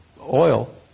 oil